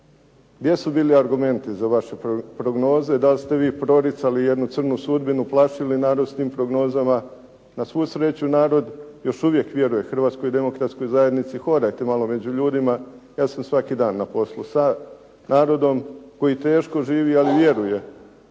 Gdje su bili argumenti za vaše prognoze? Da li ste vi proricali jednu crnu sudbinu, plašili narod s tim prognozama? Na svu sreću narod još uvijek vjeruje Hrvatskoj demokratskoj zajednici, hodajte malo među ljudima, ja sam svaki dan na poslu sa narodom koji teško živi ali vjeruje